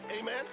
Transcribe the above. amen